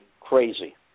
crazy